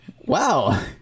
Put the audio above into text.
Wow